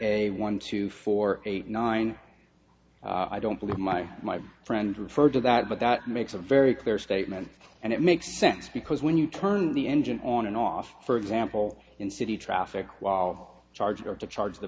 a one two four eight nine i don't believe my my friend referred to that but that makes a very clear statement and it makes sense because when you turn the engine on and off for example in city traffic while charger to charge the